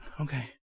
Okay